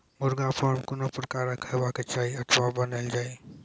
मुर्गा फार्म कून प्रकारक हेवाक चाही अथवा बनेल जाये?